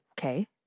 okay